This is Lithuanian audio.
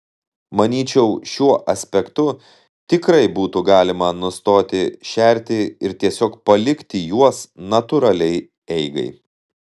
manyčiau šiuo aspektu tikrai būtų galima nustoti šerti ir tiesiog palikti juos natūraliai eigai